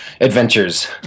adventures